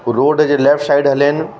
road जे left side हलेनि